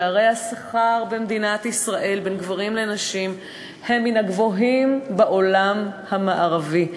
פערי השכר במדינת ישראל בין גברים לנשים הם מן הגדולים בעולם המערבי.